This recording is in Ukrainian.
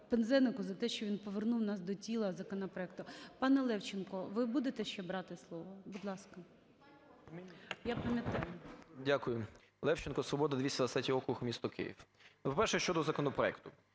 Пинзенику за те, що він повернув нас до тіла законопроекту. Пане Левченко, ви будете ще брати слово? Будь ласка. Я пам'ятаю. 17:10:43 ЛЕВЧЕНКО Ю.В. Дякую. Левченко, "Свобода", 223 округ, місто Київ. По-перше, щодо законопроекту,